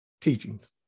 teachings